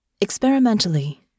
Experimentally